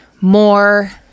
more